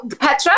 Petra